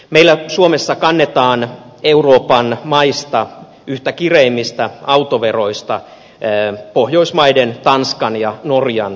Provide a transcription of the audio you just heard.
meillä suomessa kannetaan euroopan maista yhtä kireimmistä autoveroista pohjoismaiden tanskan ja norjan ohella